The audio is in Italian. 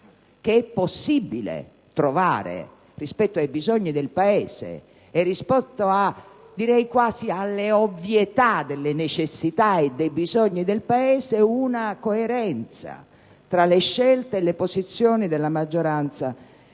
che è possibile trovare, rispetto ai bisogni del Paese e rispetto, direi quasi, alle ovvietà delle necessità e dei bisogni del Paese, una coerenza tra le scelte e le posizioni della maggioranza e